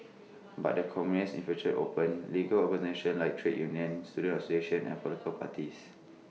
but the communists infiltrated open legal organisations like trade unions student associations and political parties